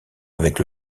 avec